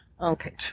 Okay